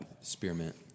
Spearmint